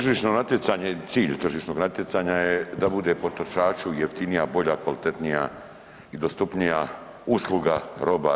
Tržišno natjecanje, cilj tržišnog natjecanja je da bude potrošaču jeftinija, bolja, kvalitetnija i dostupnija usluga roba.